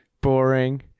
boring